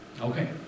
Okay